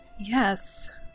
Yes